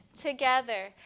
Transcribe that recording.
together